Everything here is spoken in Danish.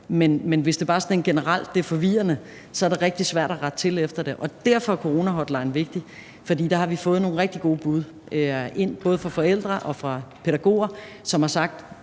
ting om, at det er forvirrende, så er det rigtig svært at rette til ud fra det. Derfor er coronahotlinen vigtig, for der har vi fået nogle rigtig gode bud ind, både fra forældre og fra pædagoger. De har sagt,